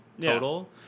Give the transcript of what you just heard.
total